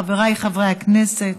חבריי חברי הכנסת,